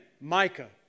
Micah